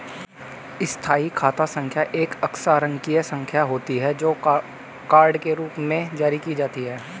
स्थायी खाता संख्या एक अक्षरांकीय संख्या होती है, जो कार्ड के रूप में जारी की जाती है